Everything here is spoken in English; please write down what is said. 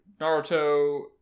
Naruto